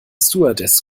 stewardess